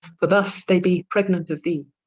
for thus they bee pregnant of thee